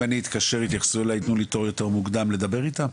אני אתקשר יתייחסו אליי יתנו לי תור יותר מוקדם לדבר איתם?